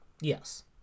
yes